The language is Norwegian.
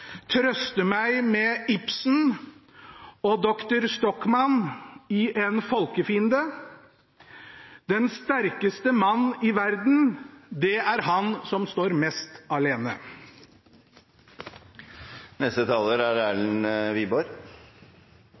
meg med Ibsens doktor Stockmanns ord i En folkefiende: den sterkeste mann i verden, det er han som står mest alene.» 2014 er